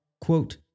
quote